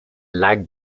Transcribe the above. lag